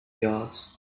yards